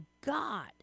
God